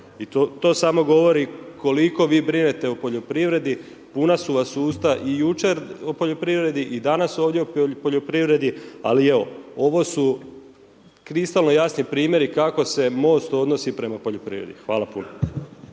I to samo govori koliko vi brinete o poljoprivredi, puna su vam usta i jučer o poljoprivredi i danas ovdje o poljoprivredi ali evo, ovo su kristalno jasni primjeri kako se MOST odnosi prema poljoprivredi. Hvala puno.